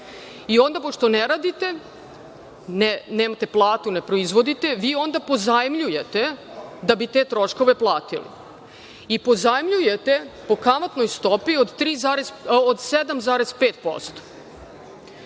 Onda, pošto ne radite, nemate platu, ne proizvodite, vi onda pozajmljujete da biste te troškove platili, pozajmljujete po kamatnoj stopi od 7,5%.